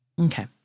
Okay